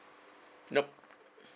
nope